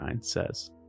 says